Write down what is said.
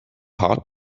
heart